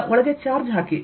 ಈಗ ಒಳಗೆ ಚಾರ್ಜ್ ಹಾಕಿ